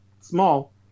small